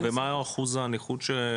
ומה אחוז הנכות?